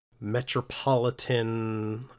metropolitan